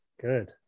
good